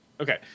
Okay